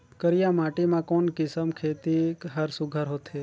करिया माटी मा कोन किसम खेती हर सुघ्घर होथे?